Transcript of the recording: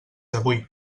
avui